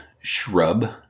shrub